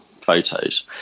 photos